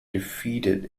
defeated